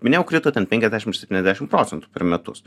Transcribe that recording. minėjau krito ten penkiasdešim septyniasdešim procentų per metus